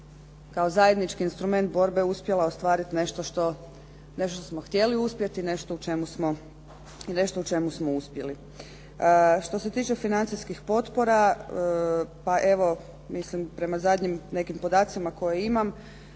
kao zajednički instrument borbe uspjela ostvariti nešto što smo htjeli uspjeti, nešto u čemu smo uspjeli. Što se tiče financijskih potpora, pa evo mislim prema zadnjim nekim podacima koje imam